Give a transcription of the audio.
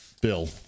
Bill